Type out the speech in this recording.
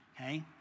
Okay